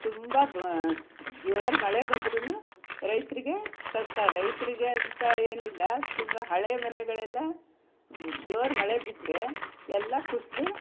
ತುಂಬ ಜೋರು ಮಳೆ ಬಂದ್ರೂ ರೈತರಿಗೆ ಕಷ್ಟ ರೈತರಿಗೆ ಅಂತ ಏನಿಲ್ಲ ತುಂಬ ಹಳೇ ಮನೆಗಳೆಲ್ಲ ಜೋರು ಮಳೆ ಬಿದ್ದರೆ ಎಲ್ಲ ಕುಸಿದು